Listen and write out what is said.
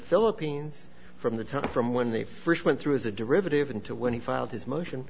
philippines from the time from when they first went through as a derivative until when he filed his motion